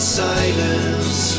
silence